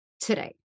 today